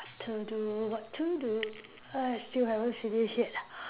what to do what to do ah still haven't finish yet